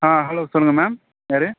ஆ hello சொல்லுங்க ma'am யார்